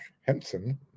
Henson